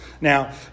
Now